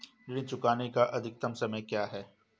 ऋण चुकाने का अधिकतम समय क्या है?